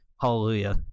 Hallelujah